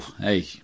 hey